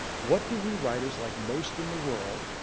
what do we writers like most in the world,